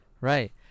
Right